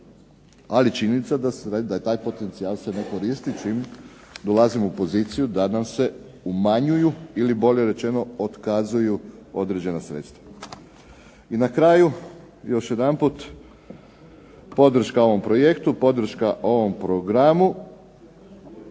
Ali činjenica je da taj potencijal se ne koristi čim dolazimo u poziciju da nam se umanjuju ili bolje rečeno otkazuju određena sredstva. I na kraju još jedanput podrška ovom projektu, podrška ovom programu.